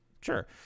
sure